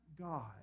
God